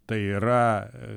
tai yra